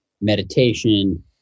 meditation